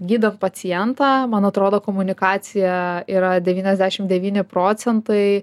gydant pacientą man atrodo komunikacija yra devyniasdešim devyni procentai